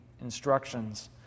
instructions